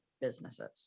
businesses